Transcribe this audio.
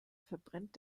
verbrennt